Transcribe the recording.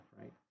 right